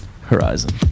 horizon